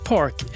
Park